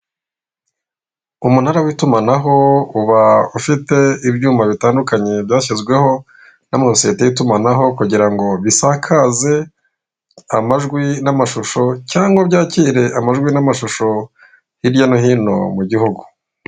Umunara w'itumanaho uba ufite ibyuma bitandukanye byashyizweho na masosiyete y'itumanaho kugira ngo bisakaze amajwi n'amashusho cyangwa byakire amajwi n'amashusho hirya no hino mu gihugu.